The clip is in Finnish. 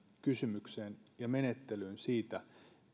kysymykseen ja menettelyyn siitä